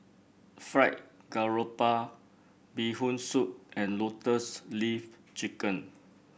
Fried Garoupa Bee Hoon Soup and Lotus Leaf Chicken